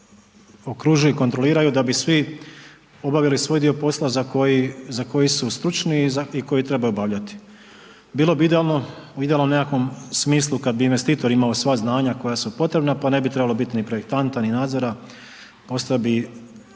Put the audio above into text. da bi svi obavili svoj dio posla za koji su stručni i koji trebaju obavljati. Bilo bi idealno u idealnom nekakvom smislu kada bi investitor imao sva znanja koja su potrebna, pa ne bi trebalo ni projektanta, ni nadzora.